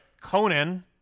Conan